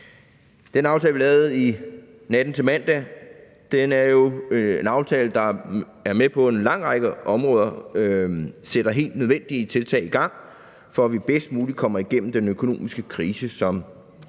Den aftale, vi lavede natten til mandag, er jo en aftale, der på en lang række områder sætter helt nødvendige tiltag i gang, for at vi bedst muligt kommer igennem den økonomiske krise, som covid-19